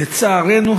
לצערנו,